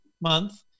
month